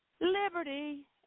Liberty